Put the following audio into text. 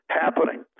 happening